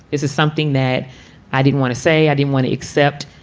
is this something that i didn't want to say? i didn't want to accept?